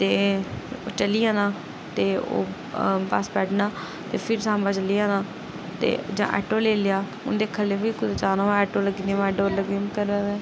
ते चली जाना ते ओह् बस बैठना फिर सांबा चली जाना ते जां आटो लेई लेआ उंदे खल्लै बी कुतै जाना होऐ आटो लग्गे दे मेटाडोर लग्गी दी